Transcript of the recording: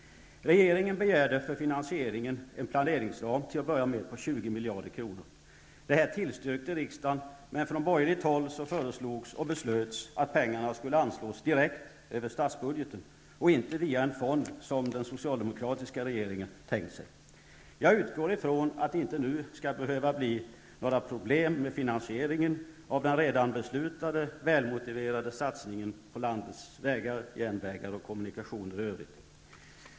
Regeringen begärde för finansieringen till att börja med en planeringsram på 20 miljarder kronor. Detta tillstyrkte riksdagen, men från borgerligt håll föreslogs och beslöts att pengarna skulle anslås direkt över statsbudgeten och inte via en fond som den socialdemokratiska regeringen tänkt sig. Jag utgår ifrån att det inte nu skall behöva bli några problem med finansieringen av den redan beslutade, välmotiverade satsningen på landets vägar, järnvägar och kommunikationer i övrigt.